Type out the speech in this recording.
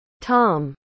Tom